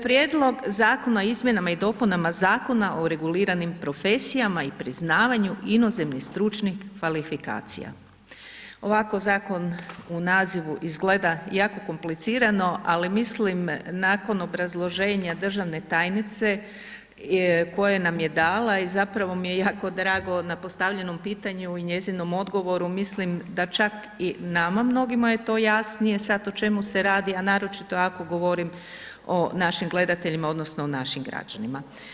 Prijedlog Zakona o izmjenama i dopunama zakona o reguliranim profesijama i priznavanju inozemnih stručnih kvalifikacija, ovako Zakon u nazivu izgleda, jako komplicirano, ali mislim nakon obrazloženja državne tajnice koje nam je dala, i zapravo mi je jako drago na postavljenom pitanju i njezinom odgovoru, mislim da čak i nama mnogima je to jasnije sad o čemu se radi, a naročito ako govorim o našim gledateljima odnosno našim građanima.